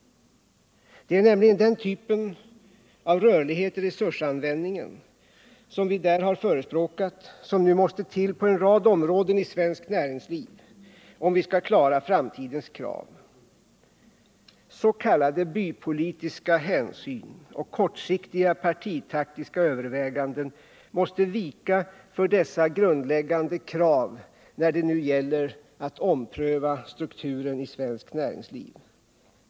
Det är nämligen den typen av rörlighet i resursanvändningen som vi där har förespråkat som nu måste till på en rad områden i svenskt näringsliv, om vi skall klara framtidens krav. Bypolitiska hänsyn och kortsiktiga partitaktiska överväganden måste vika för dessa grundläggande krav, när det nu gäller att ompröva strukturen i svenskt näringsliv.